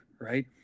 right